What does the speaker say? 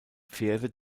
pferde